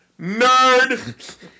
Nerd